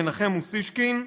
מנחם אוסישקין,